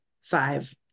five